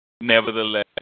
nevertheless